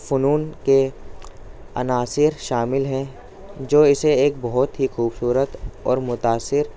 فنون کے عناصر شامل ہیں جو اسے ایک بہت ہی خوبصورت اور متاثر